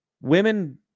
women